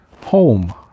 Home